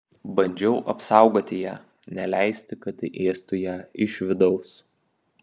bandžiau apsaugoti ją neleisti kad tai ėstų ją iš vidaus